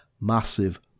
massive